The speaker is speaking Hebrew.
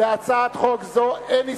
להצעת חוק זו אין הסתייגויות.